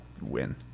win